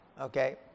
okay